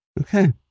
okay